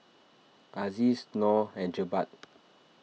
Aziz Noh and Jebat